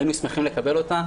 היינו שמחים לקבל אותה.